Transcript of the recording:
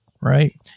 Right